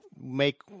make